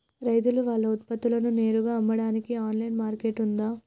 రైతులు వాళ్ల ఉత్పత్తులను నేరుగా అమ్మడానికి ఆన్లైన్ మార్కెట్ ఉందా?